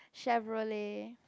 Chevrolet